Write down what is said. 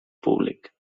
públic